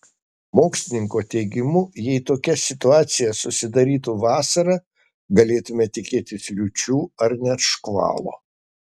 mokslininko teigimu jei tokia situacija susidarytų vasarą galėtumėme tikėtis liūčių ar net škvalo